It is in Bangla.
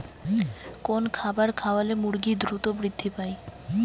কোন খাবার খাওয়ালে মুরগি দ্রুত বৃদ্ধি পায়?